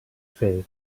faith